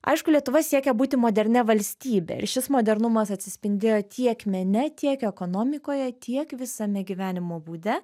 aišku lietuva siekė būti modernia valstybe ir šis modernumas atsispindėjo tiek mene tiek ekonomikoje tiek visame gyvenimo būde